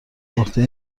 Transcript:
عهده